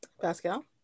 Pascal